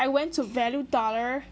I went to value dollar